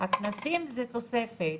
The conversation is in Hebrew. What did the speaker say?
הכנסים זה תוספת.